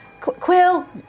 Quill